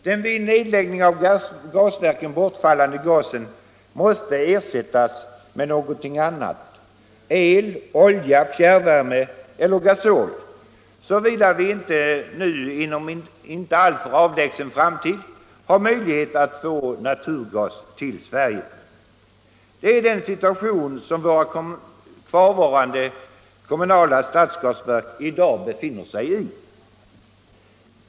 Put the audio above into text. Den vid nedläggning av gasverken bortfallande gasen måste ersättas med någonting annat: el, olja, fjärrvärme eller gasol, såvida vi inte nu inom en inte alltför avlägsen framtid har möjlighet att få naturgas till Sverige. Det är den situation som våra kvarvarande kommunala stadsgasverk befinner sig i.